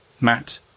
Matt